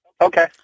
Okay